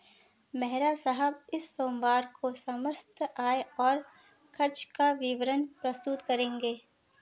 मेहरा साहब इस सोमवार को समस्त आय और खर्चों का विवरण प्रस्तुत करेंगे